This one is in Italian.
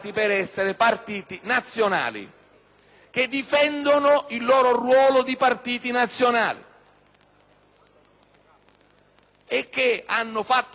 che difendono il loro ruolo di partiti nazionali e che hanno fatto strame in questo caso